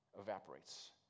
evaporates